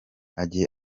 ajye